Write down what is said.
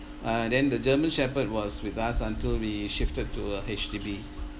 uh then the german shepherd was with us until we shifted to a H_D_B